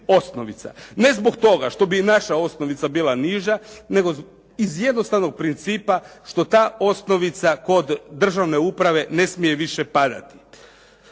osnovica. Ne zbog toga što bi i naša osnovica bila niža nego iz jednostavnog principa što ta osnovica kod državne uprave ne smije više padati.